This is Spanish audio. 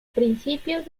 principios